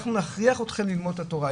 אנחנו נכריח אתכם ללמוד את התורה,